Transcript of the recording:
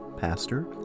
pastor